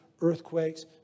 earthquakes